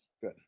Good